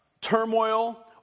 turmoil